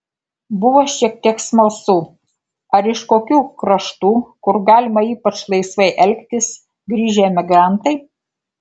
buvo šiek tiek smalsu ar iš kokių kraštų kur galima ypač laisvai elgtis grįžę emigrantai